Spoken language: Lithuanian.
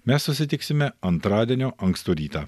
mes susitiksime antradienio ankstų rytą